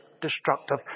destructive